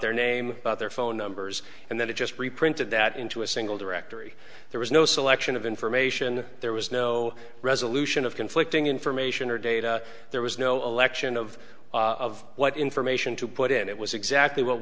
their name their phone numbers and then it just reprinted that into a single directory there was no selection of information there was no resolution of conflicting information or data there was no election of of what information to put in it was exactly what